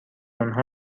آنها